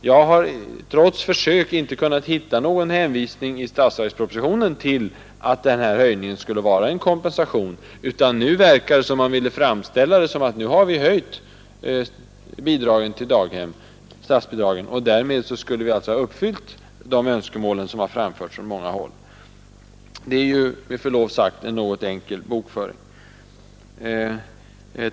Jag har trots försök inte kunnat hitta någon hänvisning i statsverkspropositionen till att den här höjningen skulle vara en kompensation. Nu verkar det som om man ville framställa det som att vi, eftersom vi nu har höjt bidraget till daghem, därmed skulle ha uppfyllt de önskemål som har framställts från många håll. Det är ju med förlov sagt en något enkel bokföring.